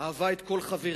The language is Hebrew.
היא אהבה את כל חבריה,